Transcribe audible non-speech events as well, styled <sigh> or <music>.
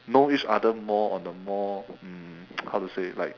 know each other more on a more um <noise> how to say like